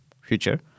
future